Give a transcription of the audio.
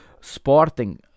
Sporting